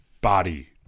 body